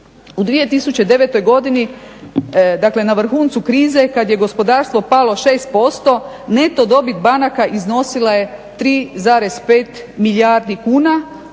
U 2009.godini dakle na vrhuncu krize kad je gospodarstvo palo šest posto neto dobit banaka iznosila je 3,5 milijardi kuna